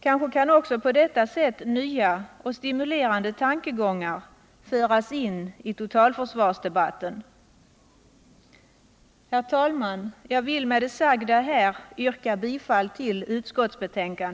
Kanske kan på detta sätt nya och stimulerande tankegångar föras in i totalförsvarsdebatten. Herr talman! Jag vill med det sagda yrka bifall till utskottets hemställan.